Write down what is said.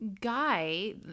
guy